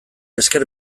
esker